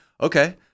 okay